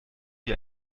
wie